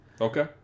Okay